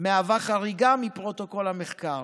מהווה חריגה מפרוטוקול המחקר.